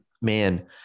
man